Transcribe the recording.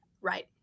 Right